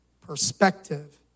perspective